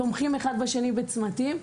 תומכים אחד בשני בצמתים.